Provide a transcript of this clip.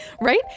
right